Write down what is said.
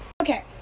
Okay